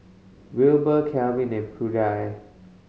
Wilbur Calvin and Prudie